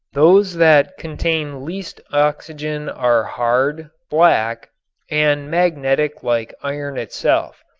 those that contain least oxygen are hard, black and magnetic like iron itself.